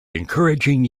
encouraging